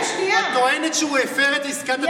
את טוענת שהוא הפר את עסקת הטיעון.